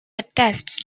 attests